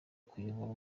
kuyobora